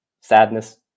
sadness